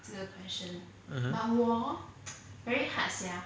mmhmm